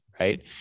right